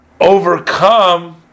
overcome